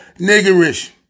niggerish